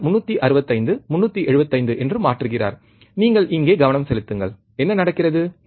அவர் 365 375 என்று மாற்றுகிறார் நீங்கள் இங்கே கவனம் செலுத்துங்கள் என்ன நடக்கிறது